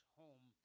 home